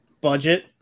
budget